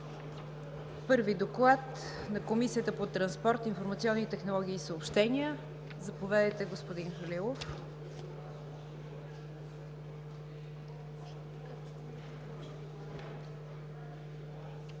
Първият доклад е на Комисията по транспорт, информационни технологии и съобщения. Заповядайте, господин Летифов.